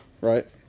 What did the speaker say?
right